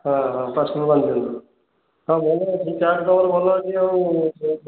ହଁ ହଁ ପାର୍ସଲ୍ ବାନ୍ଧି ଦିଅନ୍ତୁ ହଁ ଭଲ ଅଛି ଚାଟ୍ ତମର ଭଲ ଅଛି ଆଉ ଭଲ